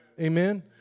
Amen